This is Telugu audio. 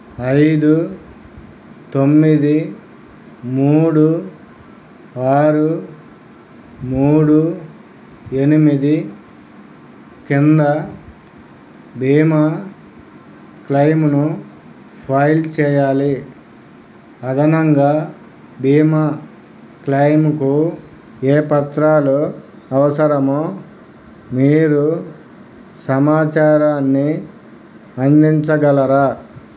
ఐదు తొమ్మిది మూడు ఆరు మూడు ఎనిమిది కింద బీమా క్లెయిమును ఫైల్ చేయాలి అదనంగా బీమా క్లెయిముకు ఏ పత్రాలు అవసరమో మీరు సమాచారాన్ని అందించగలరా